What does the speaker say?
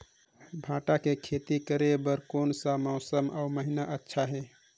भांटा के खेती करे बार कोन सा मौसम अउ महीना अच्छा हे?